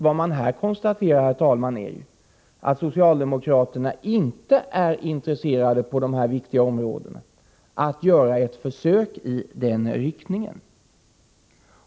Vad man konstaterar, herr talman, är att socialdemokraterna på dessa viktiga områden inte är intresserade av att göra ett försök i den riktningen.